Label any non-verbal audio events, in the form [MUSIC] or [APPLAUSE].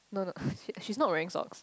no no [LAUGHS] she's not wearing socks